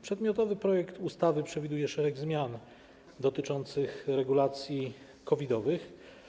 Przedmiotowy projekt ustawy przewiduje szereg zmian dotyczących regulacji COVID-owych.